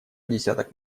десяток